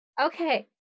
Okay